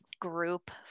group